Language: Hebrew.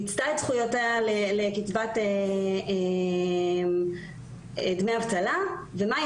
מיצתה את זכויותיה לקצבת דמי אבטלה ומה היא